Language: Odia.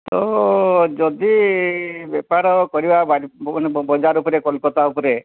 ହେଉ ଯଦି ବେପାର କରିବା ବଜାର ଉପରେ କଲିକତା ଉପରେ